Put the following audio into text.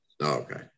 okay